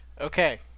Okay